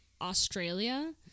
Australia